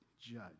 judge